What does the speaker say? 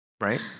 Right